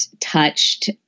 touched